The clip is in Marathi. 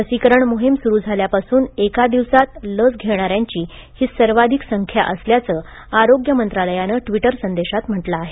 लसीकरण मोहीम सुरु झाल्यापासून एका दिवसांत लस घेणाऱ्यांची ही सर्वाधिक संख्या असल्याचे आरोग्य मंत्रालयाने ट्विटर संदेशांत म्हटले आहे